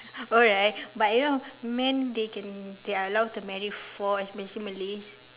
alright but you know man they can they are allowed to marry four especially malays